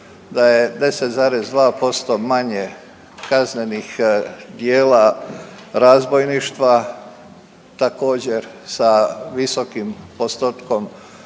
da je 10,2% manje kaznenih djela razbojništva, također sa visokim postotkom